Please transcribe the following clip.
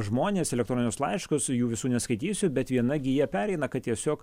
žmonės elektroninius laiškus jų visų neskaitysiu bet viena gija pereina kad tiesiog